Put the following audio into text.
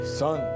son